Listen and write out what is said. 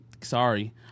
sorry